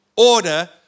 order